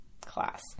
class